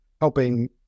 helping